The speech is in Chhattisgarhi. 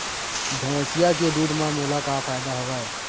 भैंसिया के दूध म मोला का फ़ायदा हवय?